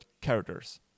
characters